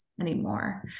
anymore